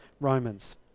Romans